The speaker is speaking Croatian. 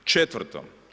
Četvrto.